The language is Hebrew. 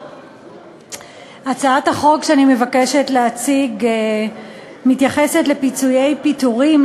הצעת החוק שאני מבקשת להציג מתייחסת לפיצויי פיטורים,